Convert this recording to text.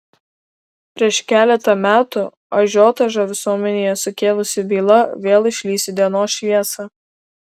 prieš keletą metų ažiotažą visuomenėje sukėlusi byla vėl išlįs į dienos šviesą